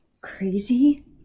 crazy